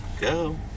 Go